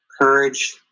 courage